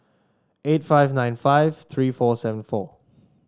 eight five nine five three four seven four